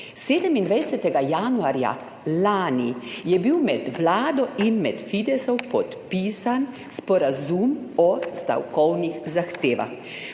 27. januarja lani je bil med Vlado in med Fidesom podpisan sporazum o stavkovnih zahtevah.